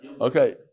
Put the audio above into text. Okay